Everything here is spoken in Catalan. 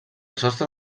sostre